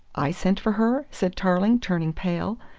i sent for her? said tarling, turning pale.